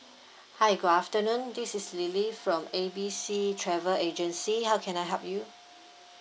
hi good afternoon this is lily from A B C travel agency how can I help you